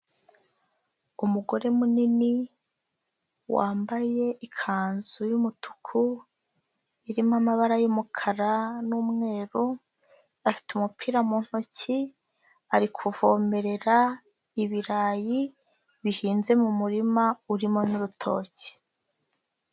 Umugore munini wambaye ikanzu y'umutuku irimo amabara y'umukara n'umweru afite umupira mu ntoki ari kuvomerera ibirayi bihinze mu murima urimo n'urutoki.